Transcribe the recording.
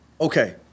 okay